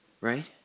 right